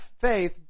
faith